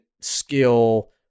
skill